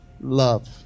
love